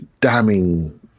damning